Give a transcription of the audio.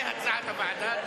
הוועדה.